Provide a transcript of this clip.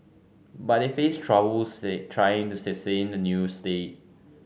but they face troubles trying to sustain the new state